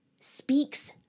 speaks